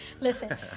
Listen